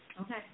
Okay